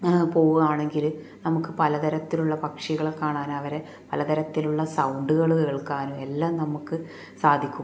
പോവുകയാണെങ്കിൽ നമുക്ക് പലതരത്തിലുള്ള പക്ഷികളെ കാണാൻ അവരെ പലതരത്തിലുള്ള സൗണ്ടുകൾ കേൾക്കാനും എല്ലാം നമുക്ക് സാധിക്കും